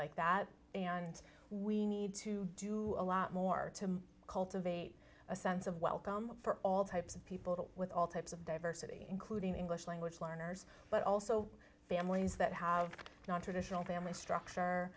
like that and we need to do a lot more to cultivate a sense of welcome for all types of people with all types of diversity including english language learners but also families that have nontraditional family structure